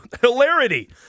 hilarity